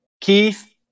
Keith